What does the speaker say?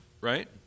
right